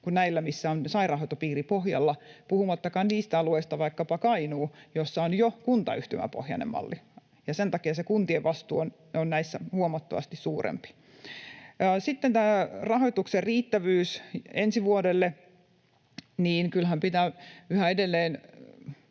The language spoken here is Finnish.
kuin siellä, missä on sairaanhoitopiiripohjalla, puhumattakaan niistä alueista kuin vaikkapa Kainuu, jossa on jo kuntayhtymäpohjainen malli, ja sen takia se kuntien vastuu on näissä huomattavasti suurempi. Sitten tämä rahoituksen riittävyys ensi vuodelle: Kyllähän pitää yhä edelleen